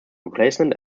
replacement